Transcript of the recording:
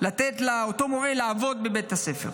לתת לאותו מורה לעבוד בבית הספר.